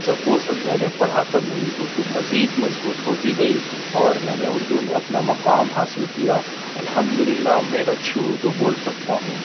جب وہ سب میں نے پڑھا تب میری اُردو مزید مضبوط ہوتی گئی اور میں نے اُردو میں اپنا مقام حاصل کیا الحمد اللہ اب میں ایک اچھی اُردو بول سکتا ہوں